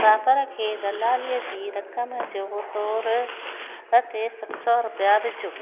बाबर खे दलालीअ जी रक़म जो तौर ते सत सौ रुपिया विझो